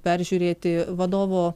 peržiūrėti vadovo